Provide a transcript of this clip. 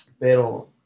Pero